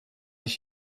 ich